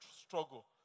struggle